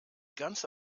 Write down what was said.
ganze